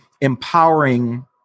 empowering